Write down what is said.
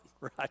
right